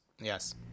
Yes